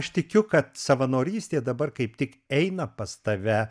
aš tikiu kad savanorystė dabar kaip tik eina pas tave